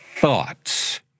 thoughts—